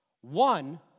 One